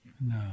No